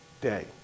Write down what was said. day